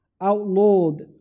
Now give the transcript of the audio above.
outlawed